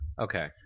Okay